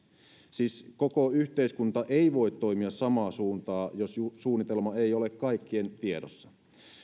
koko yhteiskunta ei voi toimia samaan suuntaan jos suunnitelma ei ole kaikkien tiedossa